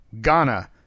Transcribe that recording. Ghana